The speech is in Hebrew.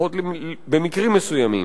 לפחות במקרים מסוימים,